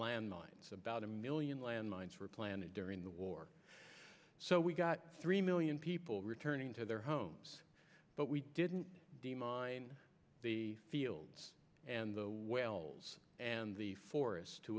landmines about a million land mines were planted during the war so we got three million people returning to their homes but we didn't do mine the fields and the wells and the forests to